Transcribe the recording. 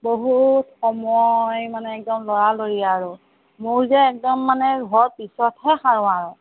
বহুত সময় মানে একদম লৰালৰি আৰু মোৰ যে একদম মানে ঘৰ পিছতহে সাৰোঁ আৰু